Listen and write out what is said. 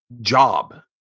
job